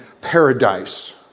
paradise